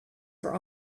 for